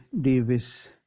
Davis